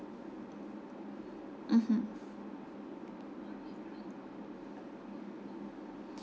mmhmm